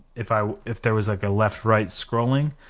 if i if there was like a left-right scrolling,